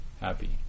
happy